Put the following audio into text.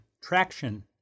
traction